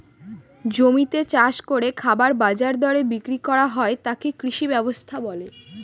জমিতে চাষ করে খাবার বাজার দরে বিক্রি করা হয় তাকে কৃষি ব্যবস্থা বলে